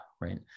right